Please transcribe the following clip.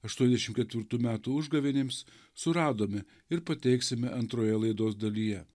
aštuoniasdešimt ketvirtų metų užgavėnėms suradome ir pateiksime antroje laidos dalyje